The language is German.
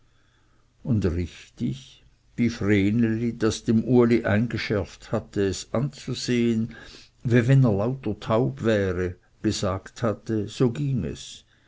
und richtig wie vreneli das dem uli eingeschärft hatte es anzusehen wie wenn er lauter taub wäre gesagt hatte ging es